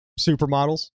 supermodels